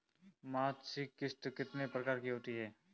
मासिक किश्त कितने प्रकार की होती है?